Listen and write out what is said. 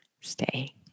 stay